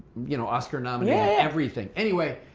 you know oscar nominee, yeah everything. anyway,